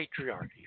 patriarchy